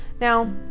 Now